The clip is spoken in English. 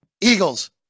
Eagles